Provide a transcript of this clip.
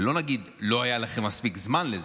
ולא נגיד שלא היה לכם מספיק זמן לזה,